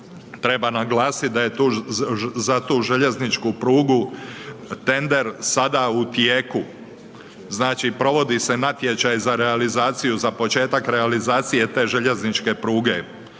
Treba naglasiti da je tu, za tu željezničku prugu tender sada u tijeku, znači provodi se natječaj za realizaciju, za početak realizacije te željezničke pruge,